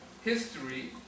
history